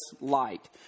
light